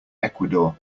ecuador